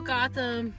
Gotham